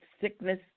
sickness